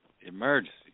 emergency